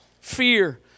fear